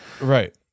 Right